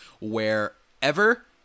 wherever